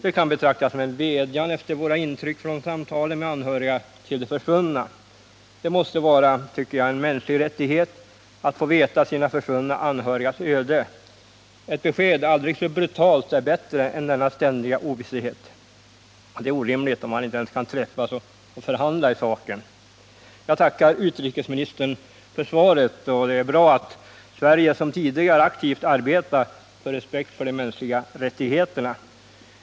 Den kan betraktas som en vädjan mot bakgrund av de intryck vi fick vid samtalen med anhöriga till de försvunna. Det måste anses vara en mänsklig rättighet att få klarhet i försvunna anhörigas öde. Ett aldrig så brutalt besked är bättre än att sväva i ständig ovisshet. Det är också orimligt att man intekan — Nr 41 träffas och förhandla om denna fråga. Jag tackar utrikesministern för svaret och jag vill framhålla att jag tycker det är bra att Sverige nu liksom tidigare aktivt arbetar för respekten för de mänskliga rättigheterna.